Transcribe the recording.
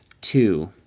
Two